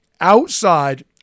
outside